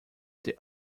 there